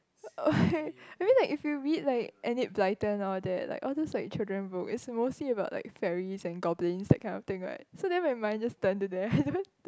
why I mean like if you read like Elliott-Bolton all that like all those like children book is mostly about like ferries and goblins that kind of thing what so then my mind just turn to that